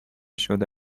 شده